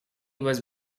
was